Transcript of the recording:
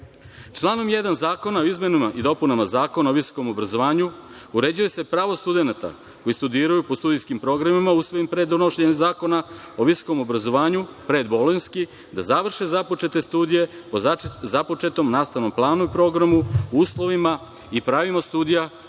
1. Zakona o izmenama i dopunama Zakona o visokom obrazovanju uređuje se pravo studenata koji studiraju po studijskim programima usvojenim pre donošenja Zakona o visokom obrazovanju, predbolonjski, da završe započete studije po započetom nastavnom planu i programu, uslovima i pravima studija koji